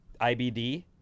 IBD